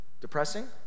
Depressing